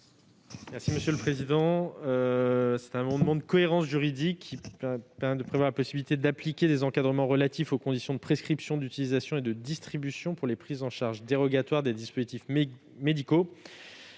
secrétaire d'État. Cet amendement de cohérence juridique tend à prévoir la possibilité d'appliquer des encadrements relatifs aux conditions de prescription, d'utilisation et de distribution pour les prises en charge dérogatoires des dispositifs médicaux,